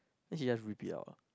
then she just rip it out